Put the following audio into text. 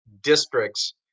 districts